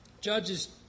Judges